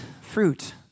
fruit